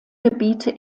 gebiete